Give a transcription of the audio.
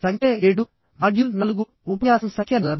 ఇది వారం సంఖ్య 7 మాడ్యూల్ 4 ఉపన్యాసం సంఖ్య 40